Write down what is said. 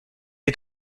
est